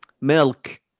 Milk